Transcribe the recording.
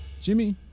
Jimmy